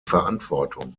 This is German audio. verantwortung